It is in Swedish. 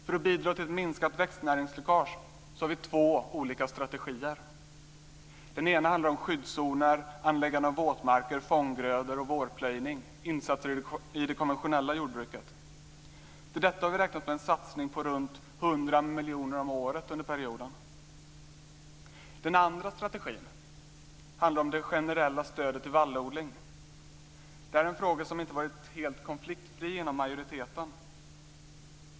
För att bidra till ett minskat växtnäringsläckage har vi två olika strategier. Den ena handlar om skyddszoner, anläggande av våtmarker, fånggrödor och vårplöjning. Det är insatser i det konventionella jordbruket. Till detta har vi räknat med en satsning på runt 100 miljoner om året under den här perioden. Den andra strategin handlar om det generella stödet till vallodling. Den här frågan har inte varit helt konfliktfri inom majoriteten.